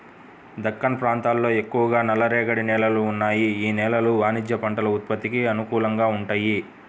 దక్కన్ ప్రాంతంలో ఎక్కువగా నల్లరేగడి నేలలు ఉన్నాయి, యీ నేలలు వాణిజ్య పంటల ఉత్పత్తికి అనుకూలంగా వుంటయ్యి